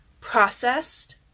processed